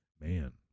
man